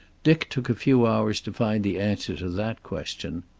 dick took a few hours to find the answer to that question.